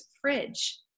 fridge